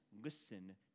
listen